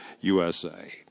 USA